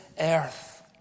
earth